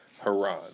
Haran